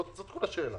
זאת כל השאלה.